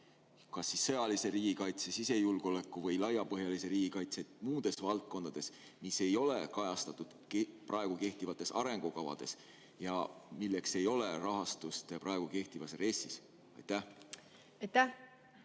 meetmed sõjalise riigikaitse, sisejulgeoleku või laiapõhjalise riigikaitse muudes valdkondades, mis ei ole kajastatud praegu kehtivates arengukavades ja milleks ei ole rahastust praegu kehtivas RES-is? Austatud